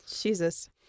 Jesus